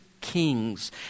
kings